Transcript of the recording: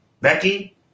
Becky